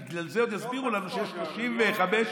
בגלל זה עוד יסבירו לנו שיש 35, לא פתחו, אגב.